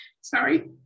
Sorry